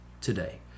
today